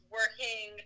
working